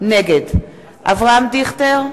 נגד אברהם דיכטר,